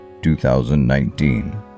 2019